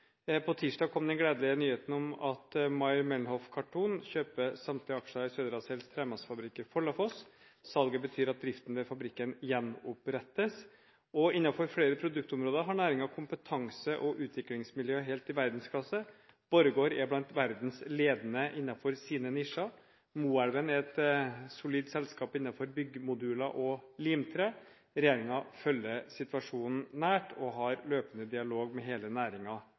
På tirsdag kom den gledelige nyheten om at Mayr Melnhof Karton kjøper samtlige aksjer i Södra Cells tremassefabrikk i Follafoss. Salget betyr at driften ved fabrikken gjenopprettes, og innenfor flere produktområder har næringen kompetanse og utviklingsmiljø helt i verdensklasse. Borregaard er verdens ledende innenfor sine nisjer. Moelven er et solid selskap innenfor byggmoduler og limtre. Regjeringen følger situasjonen nært, og har løpende dialog med hele